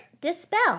Dispel